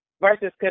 versus